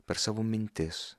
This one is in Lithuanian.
per savo mintis